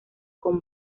con